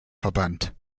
verbannt